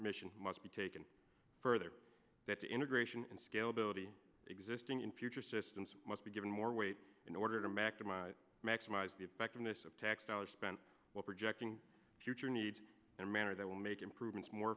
mission must be taken further that the integration and scale ability existing in future systems must be given more weight in order to maximize maximize the effectiveness of tax dollars spent well projecting future need in a manner that will make improvements more